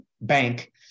bank